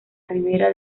ribera